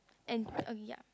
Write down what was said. and okay ya